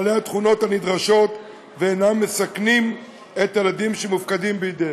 הם בעלי התכונות הנדרשות ואינם מסכנים את הילדים שמופקדים בידיהם.